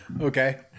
Okay